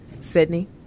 Sydney